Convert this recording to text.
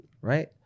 right